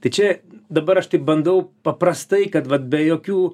tai čia dabar aš tik bandau paprastai kad vat be jokių